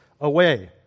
away